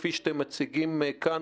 כפי שאתם מציגים כאן,